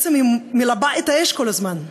בעצם היא מלבה את האש כל הזמן.